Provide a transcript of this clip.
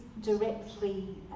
directly